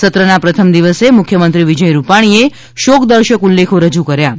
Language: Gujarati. સત્રના પ્રથમ દિવસે મુખ્યમંત્રી વિજય રૂપાણીએ શોક દર્શક ઉલ્લેખો રજૂ કર્યા હતા